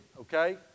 okay